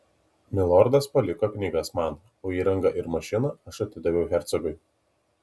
milordas paliko knygas man o įrangą ir mašiną aš atidaviau hercogui